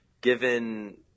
given